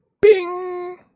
Bing